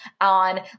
on